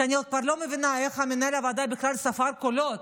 ואני כבר לא מבינה איך מנהל הוועדה בכלל ספר קולות,